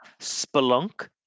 spelunk